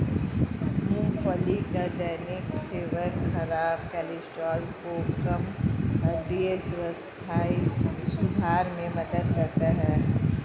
मूंगफली का दैनिक सेवन खराब कोलेस्ट्रॉल को कम, हृदय स्वास्थ्य सुधार में मदद करता है